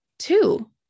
Two